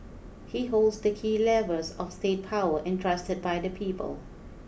he holds the key levers of state power entrusted by the people